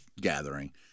gathering